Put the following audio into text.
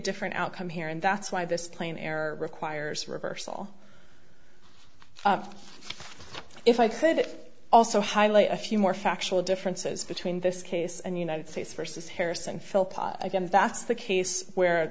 different outcome here and that's why this plane air requires reversal if i could also highly a few more factual differences between this case and united states versus harrison philpott i guess that's the case where